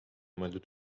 mõeldud